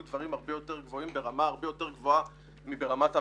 דברים הרבה יותר גבוהים ברמה הרבה יותר גבוהה מאשר ברמת המשרד.